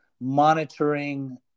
monitoring